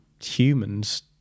humans